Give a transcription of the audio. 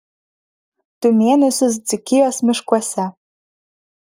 du mėnesius dzūkijos miškuose